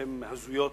שהן הזויות,